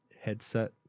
headset